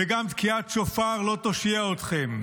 וגם תקיעת שופר לא תושיע אתכם.